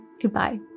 Goodbye